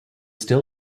still